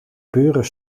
buren